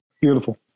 Beautiful